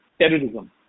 terrorism